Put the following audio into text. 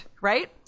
right